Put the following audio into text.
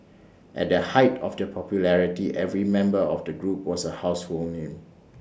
at the height of their popularity every member of the group was A house own new